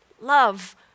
love